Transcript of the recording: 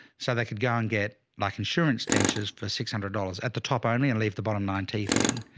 so they could go and get like insurance dentures for six hundred dollars at the top only and leave the bottom line teeth in